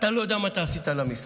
אתה לא יודע מה עשית למשרד.